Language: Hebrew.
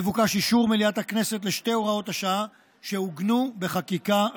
מבוקש אישור מליאת הכנסת לשתי הוראות השעה שעוגנו בחקיקה ראשית.